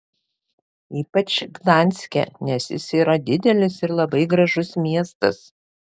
ypač gdanske nes jis yra didelis ir labai gražus miestas